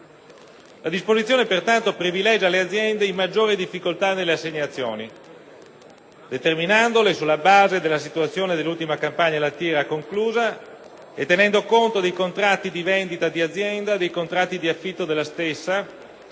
La disposizione, pertanto, privilegia le aziende in maggiore difficoltà nelle assegnazioni, determinandole sulla base della situazione dell'ultima campagna lattiera conclusa e tenendo conto dei contratti di vendita di azienda e dei contratti di affitto della stessa,